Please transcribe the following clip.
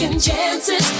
Chances